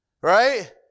Right